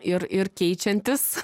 ir ir keičiantis